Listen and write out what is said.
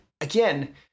again